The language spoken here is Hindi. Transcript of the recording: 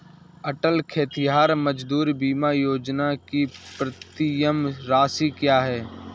अटल खेतिहर मजदूर बीमा योजना की प्रीमियम राशि क्या है?